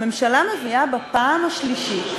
הממשלה מביאה בפעם השלישית,